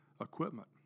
Equipment